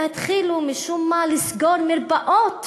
אלא שהתחילו משום מה לסגור מרפאות